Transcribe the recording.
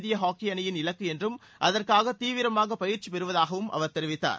இந்திய ஹாக்கி அணியின் இலக்கு என்றும் அதற்காக தீவிரமாக பயிற்சி பெறுவதாகவும் அவர் தெரிவித்தார்